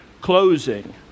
closing